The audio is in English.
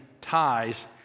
Ties